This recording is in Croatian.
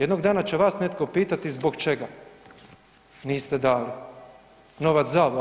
Jednog dana će vas netko pitati zbog čega niste dali novac za ovo.